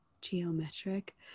geometric